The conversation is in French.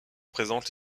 présente